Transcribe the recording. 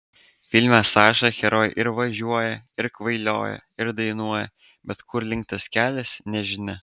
filme saša herojai ir važiuoja ir kvailioja ir dainuoja bet kur link tas kelias nežinia